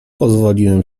pozwoliłem